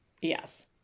yes